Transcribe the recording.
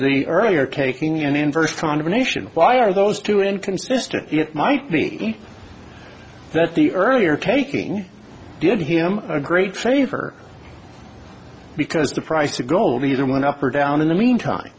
the earlier taking an inverse condemnation why are those two inconsistent it might be that the earlier taking did him a great favor because the price of gold either went up or down in the meantime